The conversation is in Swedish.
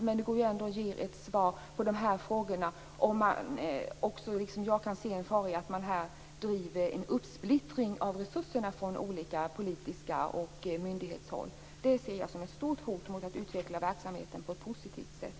Men det går ju ändå att ge ett svar på frågan om han liksom jag kan se en fara i att man här driver frågan om en splittring av resurserna från olika politiska håll och från myndighetshåll. Det ser jag som ett stort hot mot att verksamheten utvecklas på ett positivt sätt.